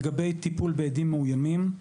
לגבי טיפול בעדים מאוימים.